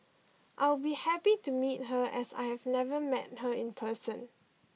I'll be happy to meet her as I have never met her in person